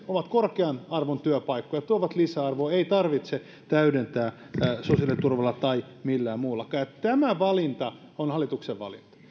ovat korkean arvon työpaikkoja ja tuovat lisäarvoa eikä tarvitse täydentää sosiaaliturvalla tai millään muullakaan ja tämä valinta on hallituksen valinta